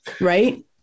right